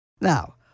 Now